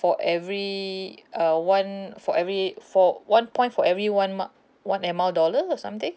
for every uh one for every for one point for every one ma~ one air mile dollar or something